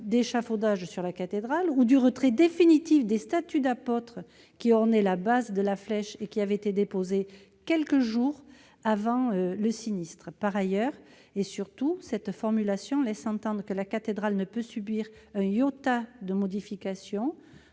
d'échafaudages sur la cathédrale ou le retrait définitif des statues d'apôtres qui ornaient la base de la flèche et qui avaient été déposées quelques jours avant le sinistre. J'exagère peut-être un peu ... Par ailleurs, et surtout, cette formulation laisse entendre que la cathédrale ne peut subir un iota de modification